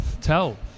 tell